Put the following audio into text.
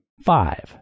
Five